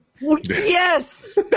Yes